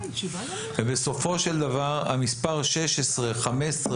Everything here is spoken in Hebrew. בסופו של דבר המספר 16, 15,